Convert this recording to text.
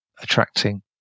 attracting